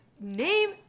Name